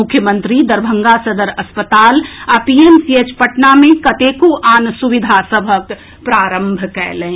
मुख्यमंत्री दरभंगा सदर अस्पताल आ पीएमसीएच पटना मे कतेको आन सुविधा सभक प्रारंभ कएलनि